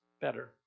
better